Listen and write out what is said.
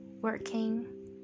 working